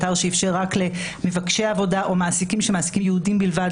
זהו אתר שאפשר רק למבקשי עבודה או למעסיקים שמעסיקים יהודים בלבד,